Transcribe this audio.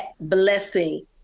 blessing